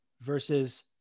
versus